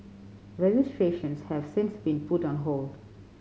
registrations have since been put on hold